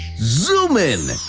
zoom in!